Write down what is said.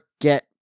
get